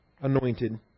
anointed